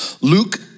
Luke